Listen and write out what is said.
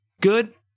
Good